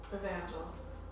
evangelists